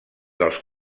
dels